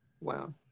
Wow